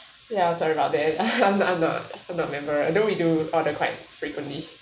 ya sorry about that I'm not I'm not member although we do order quite frequently